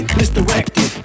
misdirected